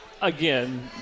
Again